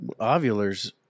Ovulars